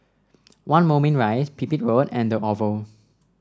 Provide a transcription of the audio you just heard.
One Moulmein Rise Pipit Road and the Oval